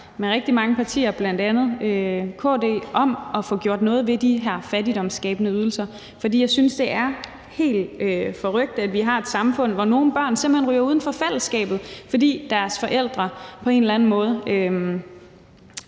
med rigtig mange partier, bl.a. KD, om at få gjort noget ved de her fattigdomsskabende ydelser. For jeg synes, det er helt forrykt, at vi har et samfund, hvor nogle børn simpelt hen ryger uden for fællesskabet, fordi deres forældre på en eller anden måde